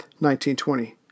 1920